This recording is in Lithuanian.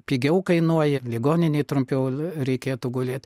pigiau kainuoja ligoninėj trumpiau reikėtų gulėt